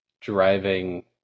driving